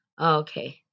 Okay